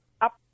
Up